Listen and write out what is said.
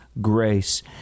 grace